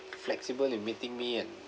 flexible in meeting me and